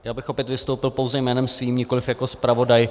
Já bych opět vystoupil pouze jménem svým, nikoliv jako zpravodaj.